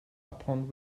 upon